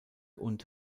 und